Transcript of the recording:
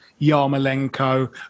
yarmolenko